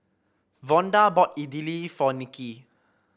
Vonda bought Idili for Nikki